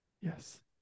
Yes